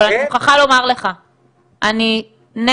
אבל אני מוכרחה לומר לך,